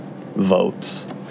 votes